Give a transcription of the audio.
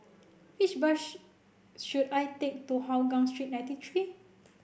which bus should I take to Hougang Street ninety three